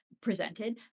presented